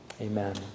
amen